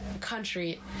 country